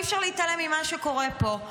אי-אפשר להתעלם ממה שקורה פה,